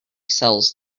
sells